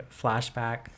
flashback